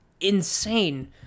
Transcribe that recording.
insane